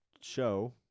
show